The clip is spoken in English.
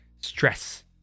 stress